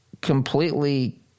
completely